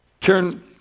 turn